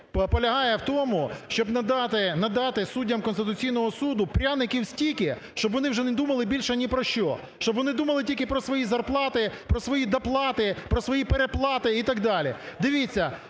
полягає в тому, щоб надати суддям Конституційного Суду пряників стільки, щоб вони вже не думали більше ні про що, щоб вони думали тільки про свої зарплати, про свої доплати, про свої переплати і так далі. Дивіться,